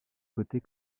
côtés